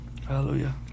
hallelujah